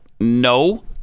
No